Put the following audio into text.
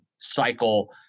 cycle